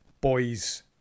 boys